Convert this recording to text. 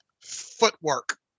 Footwork